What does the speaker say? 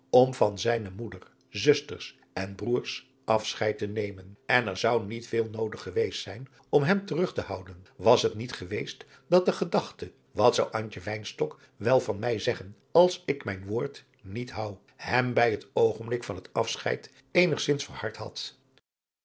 om van zijne moeder zusters en broêrs afscheid te nemen en er zou niet veel noodig geweest zijn om hem terug te houden was het niet geweest dat de gedachte wat zou antje wynstok wel van mij zeggen als ik mijn woord niet hoû hem bij het oogenblik van het afscheid eenigzins verhard had